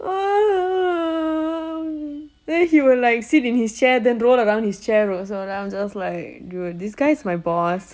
then he will like sit in his chair then roll around his chair also then I'm just like dude this guy is my boss